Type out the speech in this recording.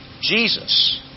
Jesus